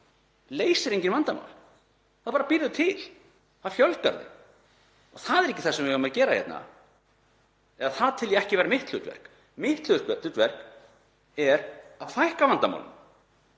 leysir engin vandamál, það bara býr þau til, það fjölgar þeim. Það er ekki það sem við eigum að gera hérna eða það tel ég ekki vera mitt hlutverk. Mitt hlutverk er að fækka vandamálunum.